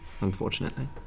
unfortunately